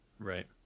right